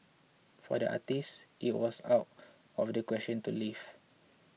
for the artist it was out of the question to leave